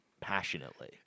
passionately